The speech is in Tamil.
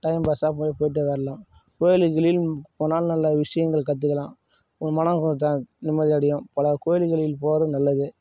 டயம் பாஸ்ஸாக போய் போயிட்டு வரலாம் கோயில்களிலும் போனால் நல்ல விஷயங்கள் கற்றுக்கலாம் மனம் கூடத்தான் நிம்மதி அடையும் பல கோயில்களில் போகிறது நல்லது